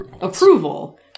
approval